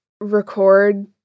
record